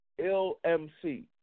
LMC